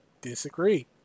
disagree